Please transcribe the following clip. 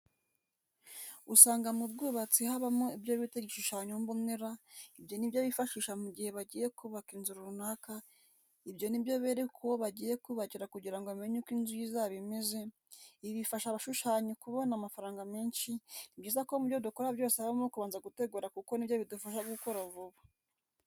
Usanga mu bwubatsi habamo ibyo bita igishushanyo mbonera, ibyo ni byo bifashisha mu gihe bagiye kubaka inzu runaka, ibyo ni byo bereka uwo bagiye kubakira kugira ngo amenye uko inzu ye izaba imeze, ibi bifasha abashushanyi kubona amafaranga menshi, ni byiza ko mu byo dukora byose habamo kubanza gutegura kuko ni byo bidufasha gukora vuba.